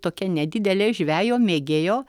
tokia nedidelė žvejo mėgėjo